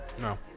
No